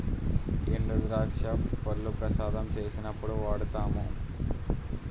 ఎండుద్రాక్ష పళ్లు ప్రసాదం చేసినప్పుడు వాడుతాము